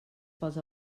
pels